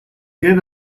give